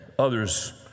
others